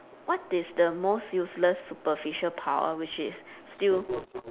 what is the most useless superficial power which is still